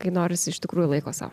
kai norisi iš tikrųjų laiko sau